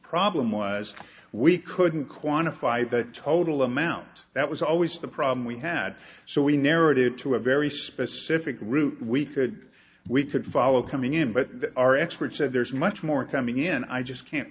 problem was we couldn't quantify the total amount that was always the problem we had so we narrowed it to a very specific route we could we could follow coming in but our expert said there's much more coming in and i just can't